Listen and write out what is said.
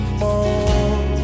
more